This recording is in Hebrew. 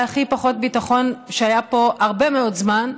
הכי פחות ביטחון שהיה פה הרבה מאוד זמן.